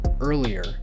earlier